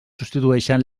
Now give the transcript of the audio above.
substitueixen